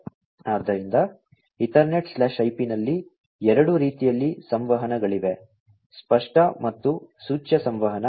ಆದ್ದರಿಂದ EtherNetIP ನಲ್ಲಿ ಎರಡು ರೀತಿಯ ಸಂವಹನಗಳಿವೆ ಸ್ಪಷ್ಟ ಮತ್ತು ಸೂಚ್ಯ ಸಂವಹನ